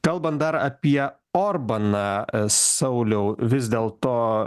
kalbant dar apie orbaną sauliau vis dėlto